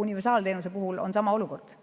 universaalteenuse puhul on sama olukord.